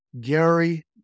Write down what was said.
Gary